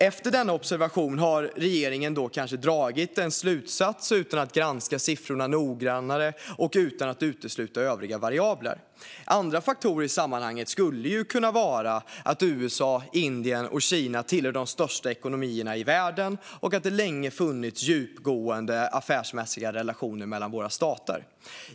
Efter denna observation har regeringen kanske dragit en slutsats utan att granska sifforna noggrannare och utan att utesluta övriga variabler. Andra faktorer i sammanhanget skulle ju kunna vara att USA, Indien och Kina tillhör de största ekonomierna i världen och att det länge har funnits djupgående affärsmässiga relationer mellan våra stater.